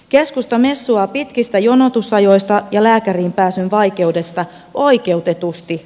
keskusta messuaa pitkistä jonotusajoista ja lääkäriin pääsyn vaikeudesta oikeutetusti